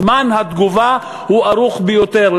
זמן התגובה הוא ארוך ביותר,